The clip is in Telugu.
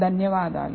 ధన్యవాదాలు